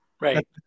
Right